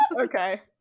Okay